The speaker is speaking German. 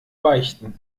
beichten